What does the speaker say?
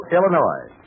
Illinois